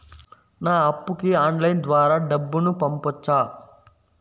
నా అప్పుకి ఆన్లైన్ ద్వారా డబ్బును పంపొచ్చా